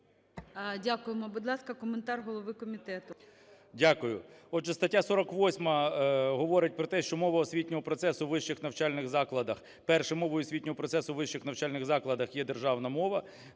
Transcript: Дякуємо. Будь ласка, коментар голови комітету. 12:39:12 КНЯЖИЦЬКИЙ М.Л. Дякую. Отже, стаття 48 говорить про те, що "Мова освітнього процесу у вищих навчальних закладах: 1. Мовою освітнього процесу у вищих навчальних закладах є державна мова.